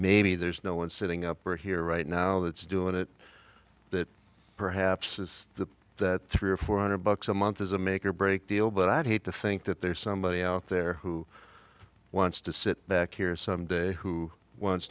maybe there's no one sitting up there here right now that's doing it that perhaps is that three or four hundred bucks a month is a make or break deal but i'd hate to think that there's somebody out there who wants to sit back here some day who wants